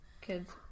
kids